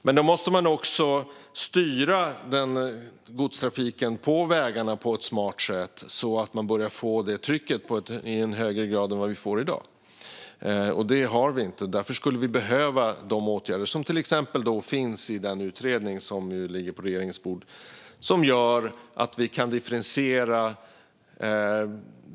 Men då måste man också styra godstrafiken på vägarna på ett smart sätt, så att man börjar få det trycket i högre grad än vad vi får i dag. Därför skulle vi behöva de åtgärder för att differentiera de avståndsbaserade vägtrafikskatterna som till exempel finns i den utredning som ligger på regeringens bord.